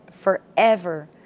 forever